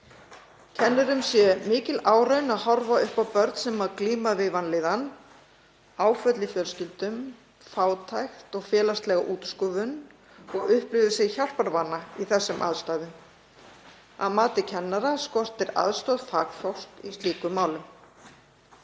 Kennurum sé mikil áraun að horfa upp á börn sem glíma við vanlíðan, áföll í fjölskyldum, fátækt og félagslega útskúfun og upplifa sig hjálparvana í þeim aðstæðum. Að mati kennara skortir aðstoð fagfólks í slíkum málum.